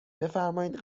بفرمایید